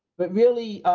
but really